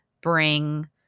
bring